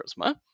Charisma